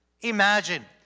Imagine